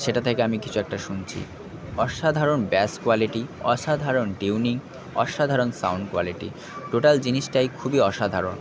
সেটা থেকে আমি কিছু একটা শুনছি অসাধারণ ব্যাস কোয়ালিটি অসাধারণ টিউনিং অসাধারণ সাউন্ড কোয়ালিটি টোটাল জিনিসটাই খুবই অসাধারণ